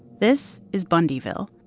this is bundyville,